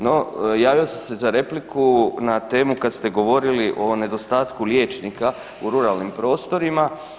No javio sam se za repliku na temu kad ste govorili o nedostatku liječnika u ruralnim prostorima.